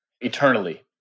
eternally